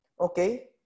Okay